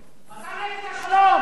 אתה נגד השלום.